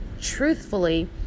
truthfully